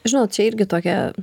žinot čia irgi tokia